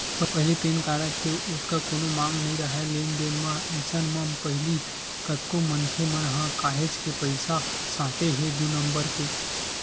पहिली pan card के ओतका कोनो मांग नइ राहय लेन देन म, अइसन म पहिली कतको मनखे मन ह काहेच के पइसा सोटे हे दू नंबर के